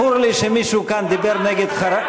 לכבד אותך.